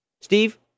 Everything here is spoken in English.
Steve